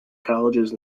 colleges